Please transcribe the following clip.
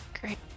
Great